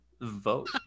vote